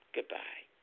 Goodbye